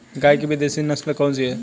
गाय की विदेशी नस्ल कौन सी है?